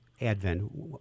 Advent